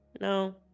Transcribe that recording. No